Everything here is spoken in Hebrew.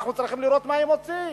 אנחנו צריכים לראות מה הם עושים.